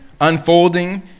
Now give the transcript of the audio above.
unfolding